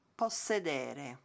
possedere